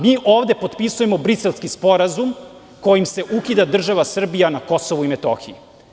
Mi ovde potpisujemo Briselski sporazum kojim se ukida država Srbija na Kosovu i Metohiji.